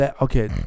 Okay